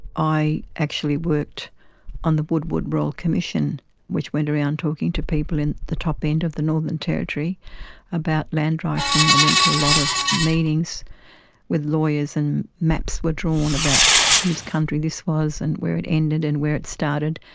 i actually worked on the woodward royal commission which went around talking to people in the top end of the northern territory about land rights, and um i went to a lot of meetings with lawyers, and maps were drawn about whose country this was and where it ended and where it started.